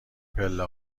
پله